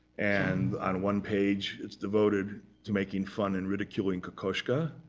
and on one page, it's devoted to making fun and ridiculing kokoschka.